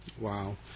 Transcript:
Wow